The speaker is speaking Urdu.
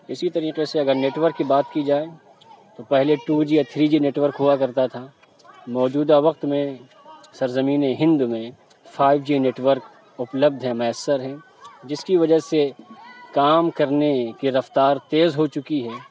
اِسی طریقے سے اگر نیٹ ورک کی بات کی جائے تو پہلے ٹو جی یا تھری جی نیٹ ورک ہُوا کرتا تھا موجودہ وقت میں سرزمینے ہِند میں فائیو جی نیٹ ورک اُپلبدھ ہے میسّر ہیں جس کی وجہ سے کام کرنے کی رفتار تیز ہو چُکی ہے